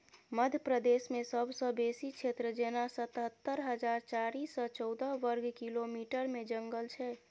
मध्य प्रदेशमे सबसँ बेसी क्षेत्र जेना सतहत्तर हजार चारि सय चौदह बर्ग किलोमीटरमे जंगल छै